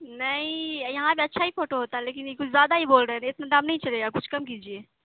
نہیں یہاں کا اچھا ہی فوٹو ہوتا ہے لیکن یہ کچھ زیادہ ہی بول رہے تھے اتنا دام نہیں چلے گا کچھ کم کیجیے